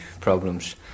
problems